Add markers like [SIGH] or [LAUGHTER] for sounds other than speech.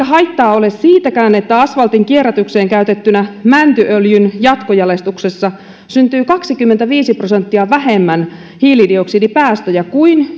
[UNINTELLIGIBLE] haittaa ole siitäkään että asfaltin kierrätykseen käytettynä mäntyöljyn jatkojalostuksessa syntyy kaksikymmentäviisi prosenttia vähemmän hiilidioksidipäästöjä kuin [UNINTELLIGIBLE]